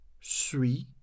suis